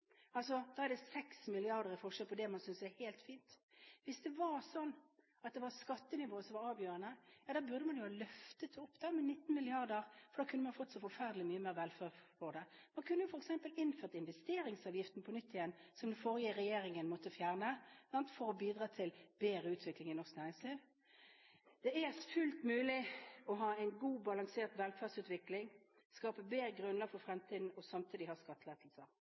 Da er det altså 6 mrd. kr i forskjell fra det man synes er «helt fint». Hvis det var slik at det var skattenivået som var avgjørende, burde man jo ha løftet det opp med 19 mrd. kr, for da kunne man fått så forferdelig mye mer velferd for det. Da kunne vi f.eks. ha innført investeringsavgiften på nytt – som den forrige regjeringen måtte fjerne – for å bidra til bedre utvikling i norsk næringsliv. Det er fullt mulig å ha en god, balansert velferdsutvikling, skape bedre grunnlag for fremtiden og samtidig ha skattelettelser.